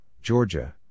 Georgia